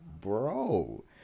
bro